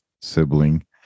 sibling